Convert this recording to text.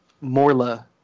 morla